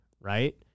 Right